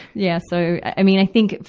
yeah, so, i mean, i think,